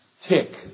tick